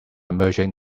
merging